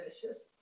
delicious